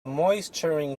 moisturising